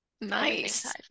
Nice